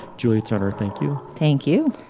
julia turner thank you. thank you.